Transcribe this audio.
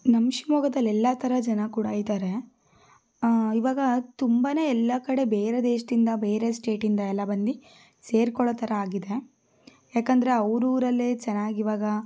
ನಮ್ಮ ಶಿವಮೊಗ್ಗದಲ್ಲೆಲ್ಲ ಥರ ಜನ ಕೂಡ ಇದ್ದಾರೆ ಇವಾಗ ತುಂಬ ಎಲ್ಲ ಕಡೆ ಬೇರೆ ದೇಶದಿಂದ ಬೇರೆ ಸ್ಟೇಟಿಂದ ಎಲ್ಲ ಬಂದು ಸೇರಿಕೊಳ್ಳೋ ಥರ ಆಗಿದೆ ಯಾಕಂದರೆ ಅವರೂರಲ್ಲೇ ಚೆನ್ನಾಗಿವಾಗ